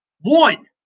One